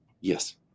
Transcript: Yes